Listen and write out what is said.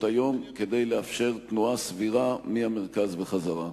היום כדי לאפשר תנועה סבירה מהמרכז וחזרה.